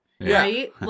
Right